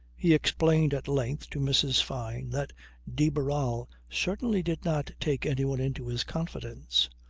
he explained at length to mrs. fyne that de barral certainly did not take anyone into his confidence.